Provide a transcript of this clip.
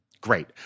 Great